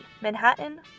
Manhattan